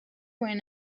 when